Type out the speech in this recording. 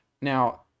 Now